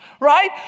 Right